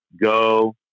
go